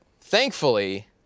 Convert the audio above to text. Thankfully